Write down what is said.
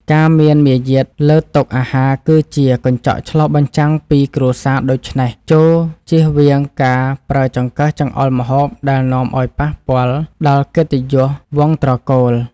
ការមានមារយាទលើតុអាហារគឺជាកញ្ចក់ឆ្លុះបញ្ចាំងពីគ្រួសារដូច្នេះចូរចៀសវាងការប្រើចង្កឹះចង្អុលម្ហូបដែលនាំឱ្យប៉ះពាល់ដល់កិត្តិយសវង្សត្រកូល។